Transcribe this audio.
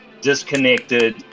disconnected